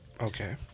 Okay